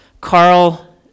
Carl